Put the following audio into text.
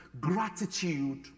gratitude